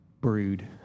brood